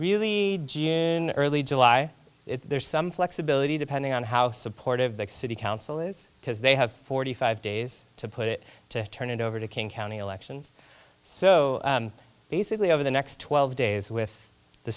really early july there's some flexibility depending on how supportive the city council is because they have forty five days to put it to turn it over to king county elections so basically over the next twelve days with the